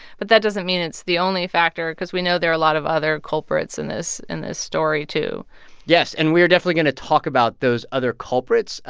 but that doesn't mean it's the only factor because we know there are a lot of other culprits in this in this story, too yes. and we are definitely going to talk about those other culprits.